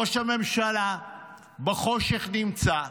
ראש הממשלה נמצא בחושך,